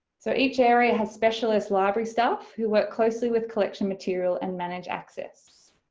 so each area has specialists library staff who work closely with collection material and manage access.